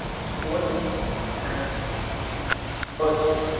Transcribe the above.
phone and birthday,